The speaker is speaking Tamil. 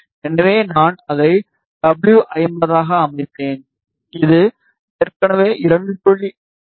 எனவே நான் அதை டபுள்யூ 50 ஆக அமைப்பேன் இது ஏற்கனவே 2